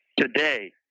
Today